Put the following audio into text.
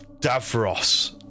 Davros